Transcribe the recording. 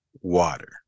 water